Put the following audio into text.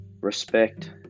respect